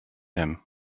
him